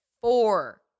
four